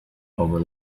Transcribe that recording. over